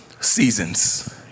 seasons